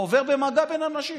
עובר במגע בין אנשים.